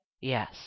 yes